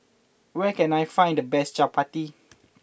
where can I find the best Chappati